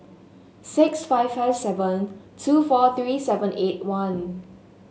six five five seven two four three seven eight one